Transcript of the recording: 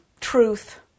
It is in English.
truth